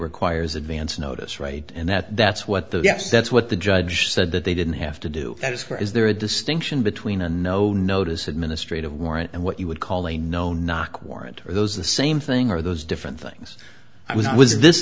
requires advance notice right and that that's what the gets that's what the judge said that they didn't have to do that is for is there a distinction between a no notice administrative warrant and what you would call a no knock warrant or those the same thing or those different things i was this